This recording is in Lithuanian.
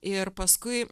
ir paskui